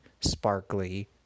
sparkly